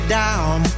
down